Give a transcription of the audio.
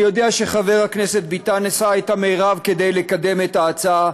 אני יודע שחבר הכנסת ביטן עשה את המרב כדי לקדם את ההצעה,